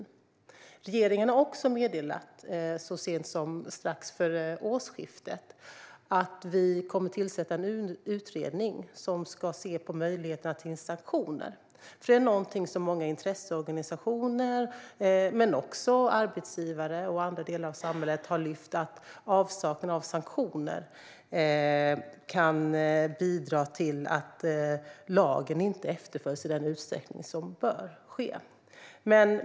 Vi i regeringen har också meddelat, så sent som strax före årsskiftet, att vi kommer att tillsätta en utredning som ska se på möjligheterna till sanktioner. Det är nämligen någonting som många intresseorganisationer men också arbetsgivare och andra delar av samhället har lyft. Avsaknad av sanktioner kan bidra till att lagen inte efterlevs i den utsträckning som den bör efterlevas.